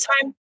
time